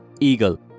eagle